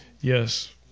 Yes